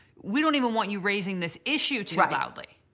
we don't even want you raising this issue too loudly.